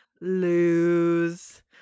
lose